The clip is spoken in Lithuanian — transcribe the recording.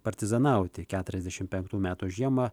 partizanauti keturiasdešim penktų metų žiemą